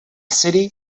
city